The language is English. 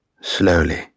slowly